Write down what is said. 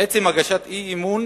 עצם הגשת אי-אמון